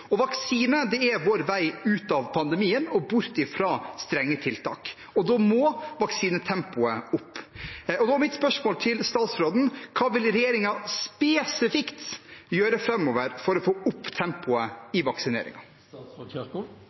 Vaksine er vår vei ut av pandemien og bort fra strenge tiltak, og da må vaksinetempoet opp. Da er mitt spørsmål til statsråden: Hva vil regjeringen spesifikt gjøre framover for å få opp tempoet i